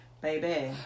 Baby